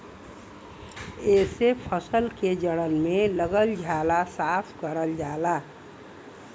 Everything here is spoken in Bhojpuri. एसे फसल के जड़न में लगल झाला साफ करल जाला